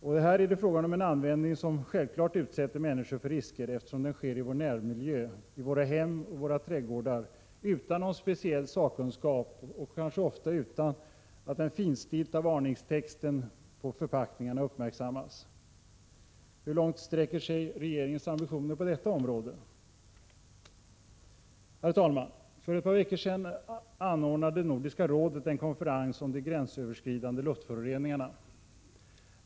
Det här är en användning som självklart utsätter människor för risker, eftersom den sker i vår närmiljö, i våra hem eller våra trädgårdar och utan någon speciell sakkunskap och kanske ofta utan att den finstilta varningstexten på förpackningarna uppmärksammas. För ett par veckor sedan anordnade Nordiska rådet en konferens om de gränsöverskridande luftföroreningarna.